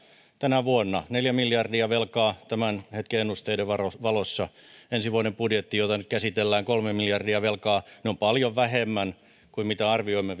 tänä vuonna neljä miljardia velkaa tämän hetken ennusteiden valossa ja ensi vuoden budjettiin jota nyt käsitellään kolme miljardia velkaa se on paljon vähemmän kuin arvioimme